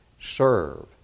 serve